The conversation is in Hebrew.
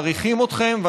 מעריכים אתכם,